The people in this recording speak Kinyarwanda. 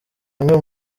amwe